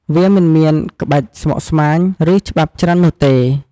វាមិនមានក្បាច់ស្មុគស្មាញ ឬច្បាប់ច្រើននោះទេ។